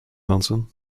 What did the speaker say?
dansen